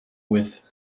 with